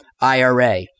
IRA